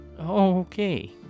okay